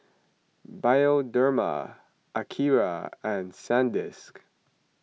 Bioderma Akira and Sandisk